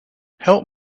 help